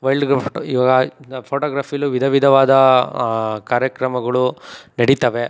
ವೈಲ್ಡ್ಗಳ್ photo ಇವಾಗ ಫೋಟೋಗ್ರಫಿಲ್ಲೂ ವಿಧ ವಿಧವಾದ ಕಾರ್ಯಕ್ರಮಗಳು ನಡಿತಾವೆ